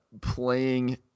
playing